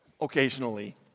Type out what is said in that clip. occasionally